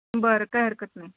बरं काय हरकत नाही